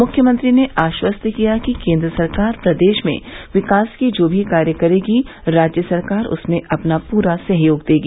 मुख्यमंत्री ने आखस्त किया कि केन्द्र सरकार प्रदेश में विकास के जो भी कार्य करेगी राज्य सरकार उसमें अपना पूरा सहयोग देगी